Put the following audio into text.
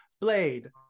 Blade